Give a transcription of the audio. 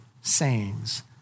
sayings